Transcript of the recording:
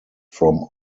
from